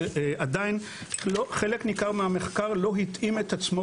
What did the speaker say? ועדיין חלק ניכר מהמחקר לא התאים את עצמו